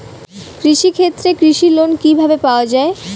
কৃষি ক্ষেত্রে কৃষি লোন কিভাবে পাওয়া য়ায়?